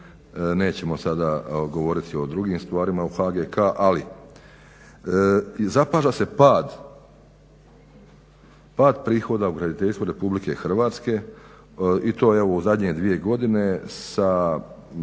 nećemo sada govoriti o drugim stvarima o HGK. Ali zapaža se pad, pad prihoda u graditeljstvu Republike Hrvatske i to evo u zadnje dvije godine sa